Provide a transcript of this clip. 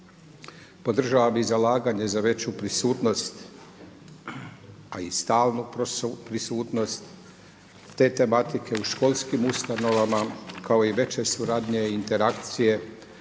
Podržavam i zalaganje za veću prisutnost a i stalnu prisutnost te tematike u školskim ustanovama kao i veće suradnje i interakcije